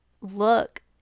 look